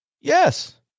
Yes